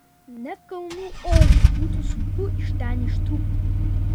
net kalnų ožiui būtų sunku iš ten ištrūkti